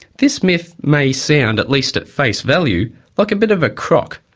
this myth may sound at least at face value like a bit of a crock.